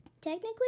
Technically